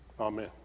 Amen